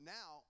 now